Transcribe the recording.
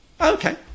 Okay